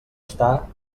està